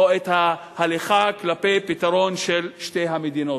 את ההליכה כלפי פתרון של שתי המדינות.